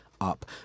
up